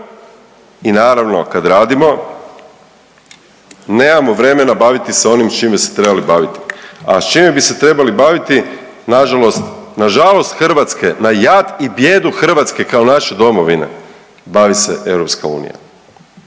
i naravno kad radimo nemamo vremena baviti se onim s čim bi se trebali baviti. A s čime bi se trebali baviti, nažalost, nažalost Hrvatske, na jad i bijedu Hrvatske kao naše domovine bavi se EU.